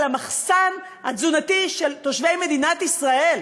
על המחסן התזונתי של תושבי מדינת ישראל?